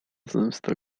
zemsta